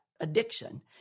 addiction